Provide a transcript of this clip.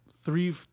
three